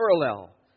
parallel